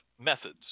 methods